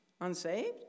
unsaved